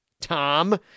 Tom